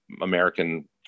American